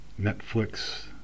Netflix